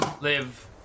live